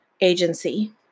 agency